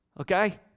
Okay